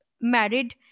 married